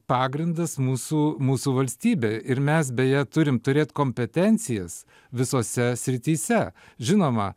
pagrindas mūsų mūsų valstybei ir mes beje turim turėt kompetencijas visose srityse žinoma